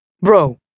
Bro